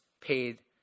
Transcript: paid